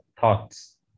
thoughts